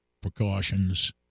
precautions